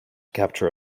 capture